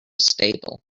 stable